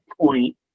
point